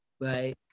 Right